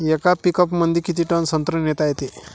येका पिकअपमंदी किती टन संत्रा नेता येते?